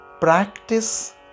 practice